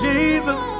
Jesus